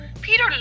Peter